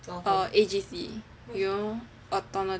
err A_G_C you know attorna~